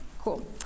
Cool